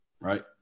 right